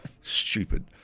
Stupid